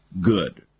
good